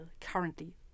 currently